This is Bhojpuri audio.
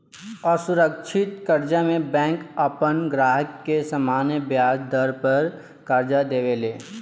असुरक्षित कर्जा में बैंक आपन ग्राहक के सामान्य ब्याज दर पर कर्जा देवे ले